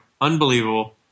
unbelievable